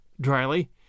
dryly